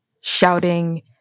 shouting